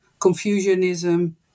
Confucianism